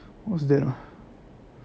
what's that ah